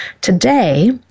Today